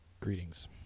Greetings